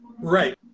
Right